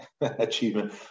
achievement